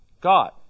God